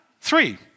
Three